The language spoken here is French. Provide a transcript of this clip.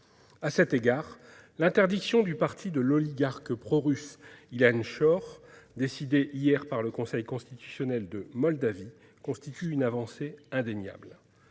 À cet égard, l'interdiction du parti de l'oligarque prorusse Ilan Shor, décidée hier par le Conseil constitutionnel de Moldavie, constitue une avancée indéniable.